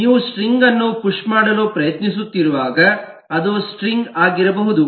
ನೀವು ಸ್ಟ್ರಿಂಗ್ ಅನ್ನು ಪುಶ್ ಮಾಡಲು ಪ್ರಯತ್ನಿಸುತ್ತಿರುವಾಗ ಅದು ಸ್ಟ್ರಿಂಗ್ ಸ್ಟಾಕ್ ಆಗಿರಬಹುದು